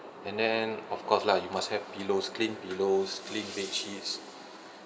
and then of course lah you must have pillows clean pillows clean bedsheets